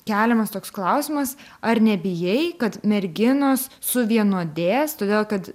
keliamas toks klausimas ar nebijai kad merginos suvienodės todėl kad